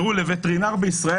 לווטרינר בישראל,